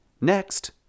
Next